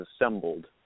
assembled